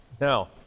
now